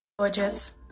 Gorgeous